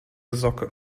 socke